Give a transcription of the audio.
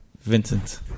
Vincent